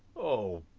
oh,